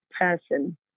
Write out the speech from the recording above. person